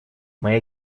моя